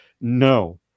No